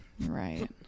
right